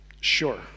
sure